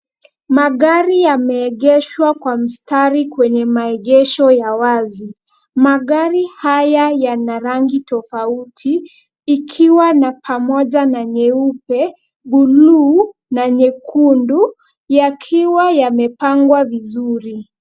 Magari yameegeshwa kwa mstari kwenye maegesho ya wazi. Magari haya yana rangi tofauti ikiwa na pamoja na nyeupe buluu [ na nyekundu, yakiwa yamepangwa vizuri.